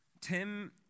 Tim